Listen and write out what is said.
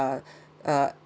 uh uh